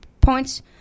points